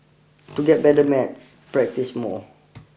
to get better maths practise more